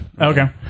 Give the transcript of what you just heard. Okay